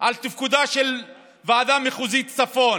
על תפקודה של ועדה מחוזית צפון,